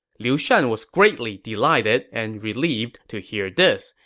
liu shan was greatly delighted and relieved to hear this.